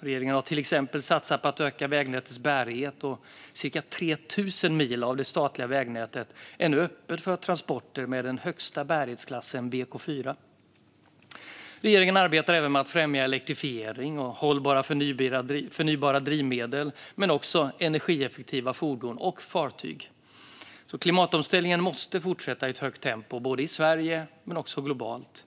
Regeringen har till exempel satsat på att öka vägnätets bärighet, och cirka 3 000 mil av det statliga vägnätet är nu öppet för transporter med den högsta bärighetsklassen BK4. Regeringen arbetar även med att främja elektrifiering, hållbara förnybara drivmedel samt energieffektiva fordon och fartyg. Klimatomställningen måste fortsätta i ett högt tempo, både i Sverige och globalt.